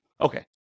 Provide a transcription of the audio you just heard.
Okay